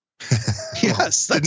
Yes